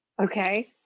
Okay